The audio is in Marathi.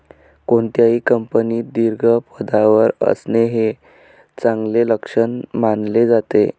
कोणत्याही कंपनीत दीर्घ पदावर असणे हे चांगले लक्षण मानले जाते